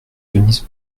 denis